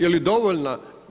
Je li dovoljna?